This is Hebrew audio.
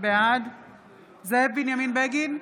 בעד זאב בנימין בגין,